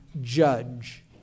judge